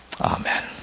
Amen